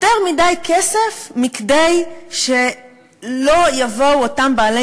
יותר מדי כסף מכדי שלא יבואו אותם בעלי